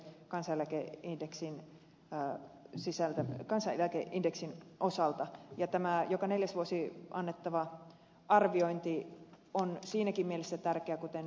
kansa näkee yhdeksi ja sisältää kansaeläkkeiden indeksin kansaneläkeindeksistä ja tämä joka neljäs vuosi annettava arviointi on siinäkin mielessä tärkeä kuten ed